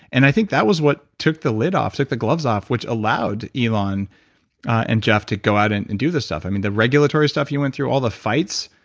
and i think that was what took the lid off, tool the gloves off, which allowed elon and jeff to go out and and do this stuff. i mean, the regulatory stuff you went through, all the fights.